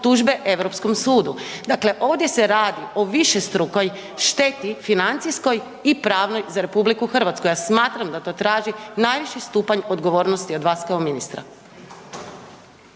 tužbe Europskom sudu. Dakle, ovdje se radi o višestrukoj šteti financijskoj i pravnoj za RH. Ja smatram da to traži najviši stupanj odgovornosti od vas kao ministra.